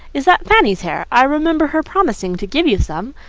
is that fanny's hair? i remember her promising to give you some.